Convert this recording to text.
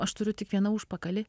aš turiu tik vieną užpakalį